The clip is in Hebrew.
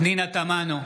פנינה תמנו,